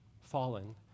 fallen